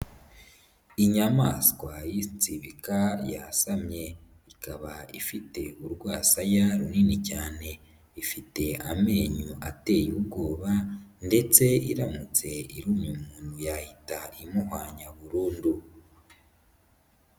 Inyamaswa y'itsirika yasamye ikaba ifite urwasaya runini cyane, ifite amenyo ateye ubwoba ndetse iramutse irumye umuntu yahita imuhwanya burundu.